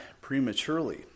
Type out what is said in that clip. prematurely